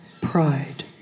pride